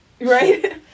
Right